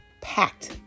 packed